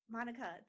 Monica